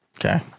Okay